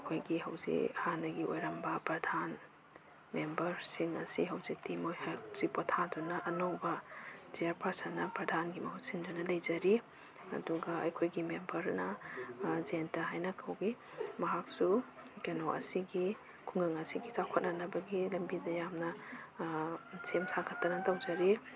ꯑꯩꯈꯣꯏꯒꯤ ꯍꯧꯖꯤꯛ ꯍꯥꯟꯅꯒꯤ ꯑꯣꯏꯔꯝꯕ ꯄ꯭ꯔꯙꯥꯟ ꯃꯦꯝꯕꯔꯁꯤꯡ ꯑꯁꯤ ꯍꯧꯖꯤꯛꯇꯤ ꯃꯣꯏ ꯄꯣꯊꯥꯗꯨꯅ ꯑꯅꯧꯕ ꯆꯤꯌꯥꯔ ꯄꯥꯔꯁꯟꯅ ꯄ꯭ꯔꯙꯥꯟꯒꯤ ꯃꯍꯨꯠ ꯁꯤꯟꯗꯨꯅ ꯂꯩꯖꯔꯤ ꯑꯗꯨꯒ ꯑꯩꯈꯣꯏꯒꯤ ꯃꯦꯝꯕꯔꯅ ꯖꯌꯦꯟꯇ ꯍꯥꯏꯅ ꯀꯧꯏ ꯃꯍꯥꯛꯁꯨ ꯀꯩꯅꯣ ꯑꯁꯤꯒꯤ ꯈꯨꯡꯒꯪ ꯑꯁꯤꯒꯤ ꯆꯥꯎꯈꯠꯅꯅꯕꯒꯤ ꯂꯝꯕꯤꯗ ꯌꯥꯝꯅ ꯁꯦꯝ ꯁꯥꯒꯠꯇꯅ ꯇꯧꯖꯔꯤ